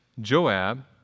Joab